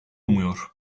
umuyor